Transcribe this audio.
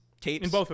tapes